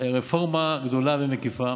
זו רפורמה גדולה ומקיפה